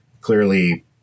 clearly